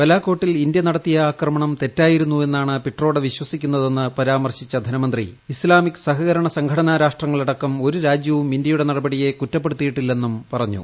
ബലാക്കോട്ടിൽ ഇന്തൃ നടത്തി യ ആക്രമണം തെറ്റായിരുന്നുവെന്നാണ് പിട്രോഡ വിശ്വസിക്കുന്ന തെന്ന് പരാമർശിച്ച ധനമന്ത്രി ഇസ്താമിക് സഹകരണ സംഘടനാ രാഷ്ട്രങ്ങളടക്കം ഒരു രാജൃവും ഇന്തൃയുടെ നടപടിയെ കുറ്റപ്പെടു ത്തിയിട്ടില്ലെന്നും പറഞ്ഞു